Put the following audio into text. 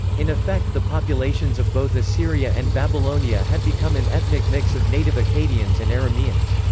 in effect the populations of both assyria and babylonia had become an ethnic mix of native akkadians and arameans.